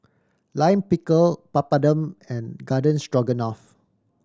Lime Pickle Papadum and Garden Stroganoff